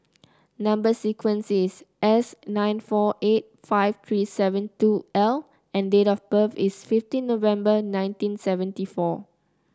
number sequence is S nine four eight five three seven two L and date of birth is fifteen November nineteen seventy four